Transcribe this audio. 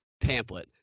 pamphlet